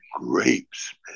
grapes